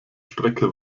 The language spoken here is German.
strecke